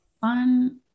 fun